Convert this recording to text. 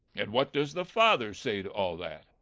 and what does the father say to all that?